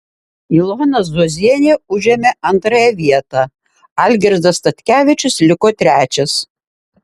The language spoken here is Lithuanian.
ilona zuozienė užėmė antrąją vietą algirdas statkevičius liko trečias